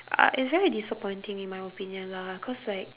uh it's very disappointing in my opinion lah cause like